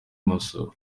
masoro